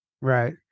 Right